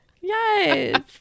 Yes